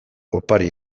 opari